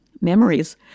memories